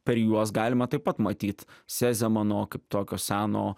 per juos galima taip pat matyt sezemano kaip tokio seno